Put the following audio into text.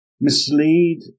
mislead